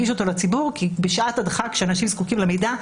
כי כאשר אנשים זקוקים למידע בשעת הדחק,